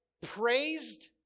praised